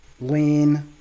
Lean